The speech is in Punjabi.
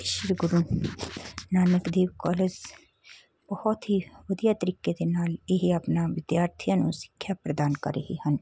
ਸ਼੍ਰੀ ਗੁਰੂ ਨਾਨਕ ਦੇਵ ਕਾਲਜ਼ ਬਹੁਤ ਹੀ ਵਧੀਆ ਤਰੀਕੇ ਦੇ ਨਾਲ ਇਹ ਆਪਣੇ ਵਿਦਿਆਰਥੀਆਂ ਨੂੰ ਸਿੱਖਿਆ ਪ੍ਰਦਾਨ ਕਰ ਰਹੇ ਹਨ